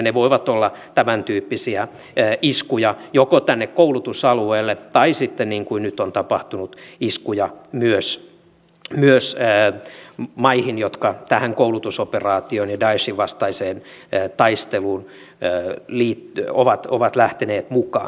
ne voivat olla tämäntyyppisiä iskuja joko tänne koulutusalueelle tai sitten niin kuin nyt on tapahtunut iskuja myös maihin jotka tähän koulutusoperaatioon ja daeshin vastaiseen taisteluun ovat lähteneet mukaan